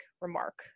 remark